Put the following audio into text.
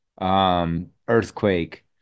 Earthquake